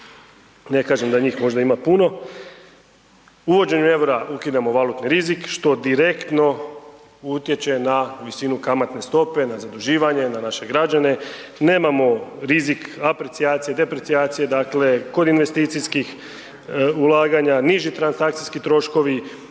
ne kažem da njih možda ima puno. Uvođenjem EUR-a ukidamo valutni rizik što direktno utječe na visinu kamatne stope, na zaduživanje, na naše građane, nemamo rizik aprecijacije, deprecijacije, dakle kod investicijskih ulaganja, niži transakcijski troškovi,